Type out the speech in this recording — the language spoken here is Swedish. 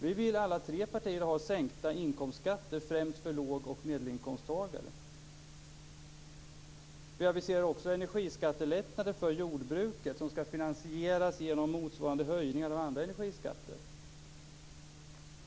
Vi vill alla tre partier ha sänkta inkomstskatter, främst för låg och medelinkomsttagare. Vi aviserar också energiskattelättnader för jordbruket som skall finansieras genom motsvarande höjning av andra energiskatter.